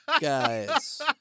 Guys